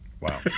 Wow